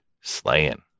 slaying